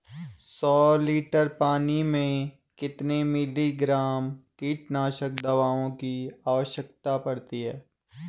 सौ लीटर पानी में कितने मिलीग्राम कीटनाशक दवाओं की आवश्यकता पड़ती है?